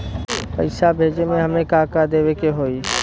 पैसा भेजे में हमे का का देवे के होई?